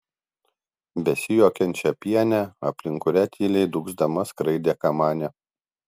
besijuokiančią pienę aplink kurią tyliai dūgzdama skraidė kamanė